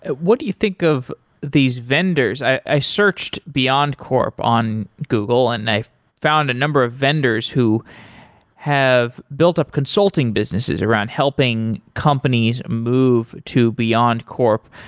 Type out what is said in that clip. what do you think of these vendors? i searched beyondcorp on google and i found a number of vendors who have built up consulting businesses around helping companies move to beyondcorp.